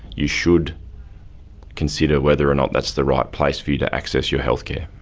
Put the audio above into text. you should consider whether or not that's the right place for you to access your healthcare.